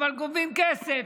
אבל גובים כסף,